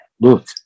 look